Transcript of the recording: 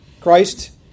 Christ